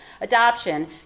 Adoption